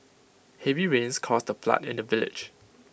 heavy rains caused A flood in the village